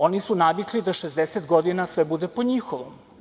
Oni su navikli da 60 godina sve bude po njihovom.